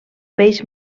peix